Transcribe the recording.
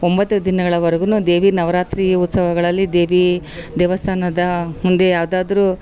ಒಂಬತ್ತು ದಿನಗಳವರ್ಗು ದೇವಿ ನವರಾತ್ರಿ ಉತ್ಸವಗಳಲ್ಲಿ ದೇವಿ ದೇವಸ್ಥಾನದ ಮುಂದೆ ಯಾವುದಾದ್ರು